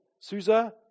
Susa